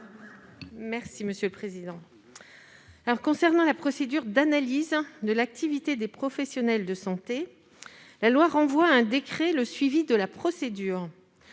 Mme Pascale Gruny. Concernant la procédure d'analyse de l'activité des professionnels de santé, la loi renvoie à un décret le suivi de la procédure.